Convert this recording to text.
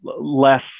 less